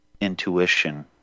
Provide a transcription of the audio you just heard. intuition